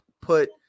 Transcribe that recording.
put